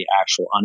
actual